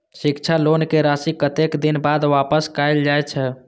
शिक्षा लोन के राशी कतेक दिन बाद वापस कायल जाय छै?